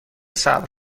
صبر